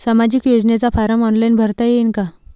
सामाजिक योजनेचा form online भरता येईन का?